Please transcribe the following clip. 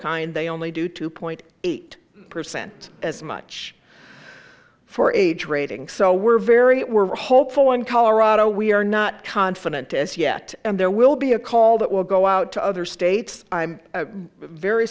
kind they only do two point eight percent as much for age rating so we're very we're hopeful in colorado we are not confident as yet and there will be a call that will go out to other states i'm very